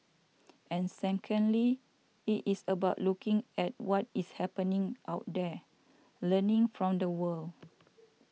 and secondly it is about looking at what is happening out there learning from the world